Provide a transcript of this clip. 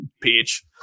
Peach